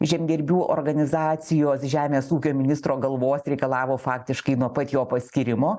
žemdirbių organizacijos žemės ūkio ministro galvos reikalavo faktiškai nuo pat jo paskyrimo